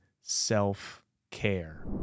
self-care